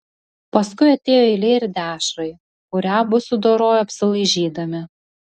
paskui atėjo eilė ir dešrai kurią abu sudorojo apsilaižydami